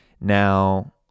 Now